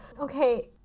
Okay